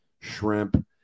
shrimp